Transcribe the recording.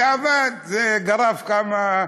וזה עבד, זה גרף כמה?